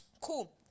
cool